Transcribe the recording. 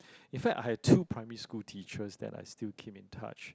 in fact I had two primary school teachers that I still keep in touch